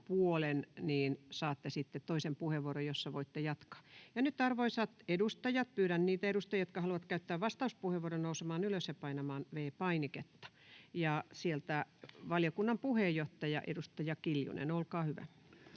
puolen saatte sitten toisen puheenvuoron, jossa voitte jatkaa. — Nyt, arvoisat edustajat, pyydän niitä edustajia, jotka haluavat käyttää vastauspuheenvuoron, nousemaan ylös ja painamaan V-painiketta. — Sieltä valiokunnan puheenjohtaja, edustaja Kiljunen, olkaa hyvä.